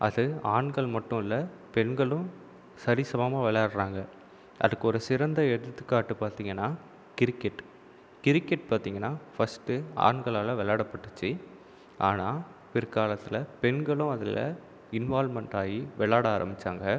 அது ஆண்கள் மட்டும் இல்லை பெண்களும் சரி சமமாக விளையாடுகிறாங்க அதுக்கு ஒரு சிறந்த எடுத்துக்காட்டு பார்த்திங்கன்னா கிரிக்கெட் கிரிக்கெட் பார்த்திங்கன்னா ஃபர்ஸ்ட் ஆண்களால் விளாடபட்டுச்சு ஆனால் பிற்காலத்தில் பெண்களும் அதில் இன்வால்வ்மண்ட் ஆகி விளாட ஆரம்பிச்சாங்க